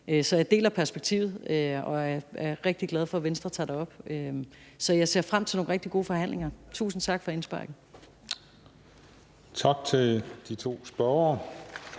Så jeg deler perspektivet og er rigtig glad for, at Venstre tager det op. Så jeg ser frem til nogle rigtig gode forhandlinger. Tusind tak for indsparket. Kl. 18:26 Den fg.